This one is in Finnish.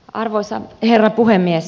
arvoisa herra puhemies